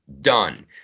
Done